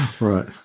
Right